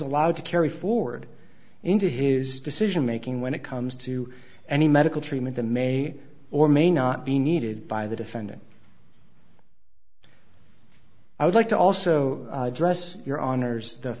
allowed to carry forward into his decision making when it comes to any medical treatment the may or may not be needed by the defendant i would like to also address your honor's